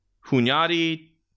Hunyadi